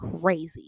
crazy